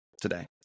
today